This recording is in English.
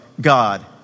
God